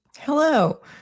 Hello